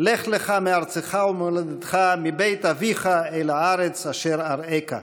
"לך לך מארצך וממולדתך ומבית אביך אל הארץ אשר אראך",